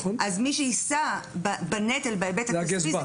מי שיישא בנטל בהיבט המקצועי,